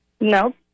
No